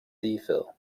phil